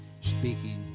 speaking